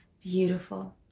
beautiful